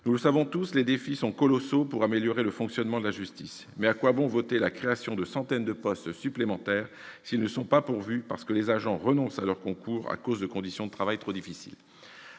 Nous le savons tous, les défis sont colossaux pour améliorer le fonctionnement de la justice. Mais à quoi bon voter la création de centaines de postes supplémentaires s'ils ne sont pas pourvus parce que les agents renoncent à leur concours en raison de conditions de travail trop difficiles ?